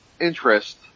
interest